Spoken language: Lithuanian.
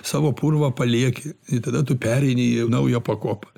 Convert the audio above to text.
savo purvą palieki ir tada tu pereini į naują pakopą